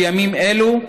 גם בימים אלו,